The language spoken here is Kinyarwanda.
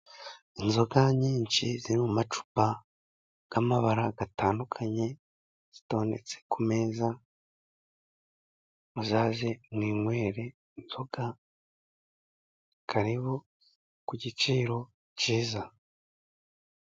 Inzoga nyinshi, ziri mu macupa y'amabara atandukanye, zitondetse ku meza, muzaze mwinywere inzoga, karibu ku giciro kiza.